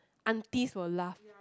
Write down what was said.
aunties will laugh